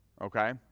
okay